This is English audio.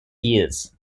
years